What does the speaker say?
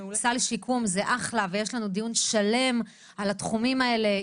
סל שיקום זה אחלה ויש לנו דיון שלהם על התחומים האלה,